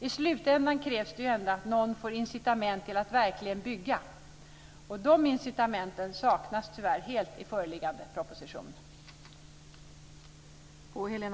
I slutändan krävs ändå att någon får incitament att verkligen bygga. De incitamenten saknas tyvärr helt i föreliggande proposition.